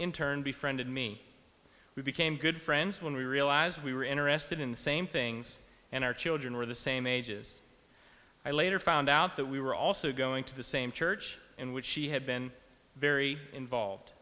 turn be friended me we became good friends when we realized we were interested in the same things and our children were the same ages i later found out that we were also going to the same church in which she had been very involved